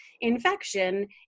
infection